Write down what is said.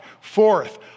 Fourth